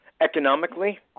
economically